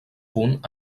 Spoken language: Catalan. punt